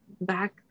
back